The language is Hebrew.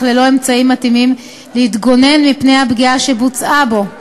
ללא אמצעים מתאימים להתגונן מפני הפגיעה שבוצעה בו.